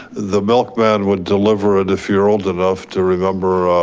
the milkman would deliver it, if you're old enough to remember,